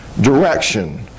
direction